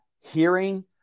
hearing